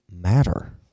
matter